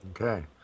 Okay